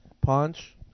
Punch